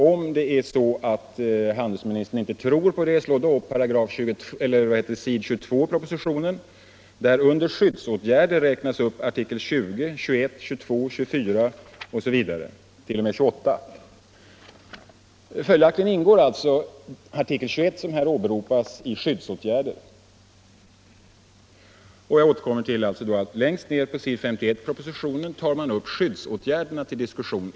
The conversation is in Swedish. Om handelsministern inte tror mig, slå då upp s. 22 i propositionen, där det under skyddsåtgärder räknas upp artikel 20, 21, 22, osv. t.o.m. artikel 28. Följaktligen ingår artikel 21, som här åberopas, i skyddsåtgärder. Jag återkommer till att längst ner på s. 51 i propositionen tar man upp innebörden av skyddsåtgärderna till diskussion.